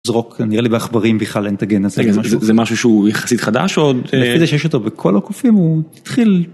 זרוק נראה לי בעכברים בכלל אין את הגן הזה.רגע, זה זה משהו שהוא יחסית חדש, או ש... חוץ מזה שיש אותו בכל הקופים הוא תתחיל.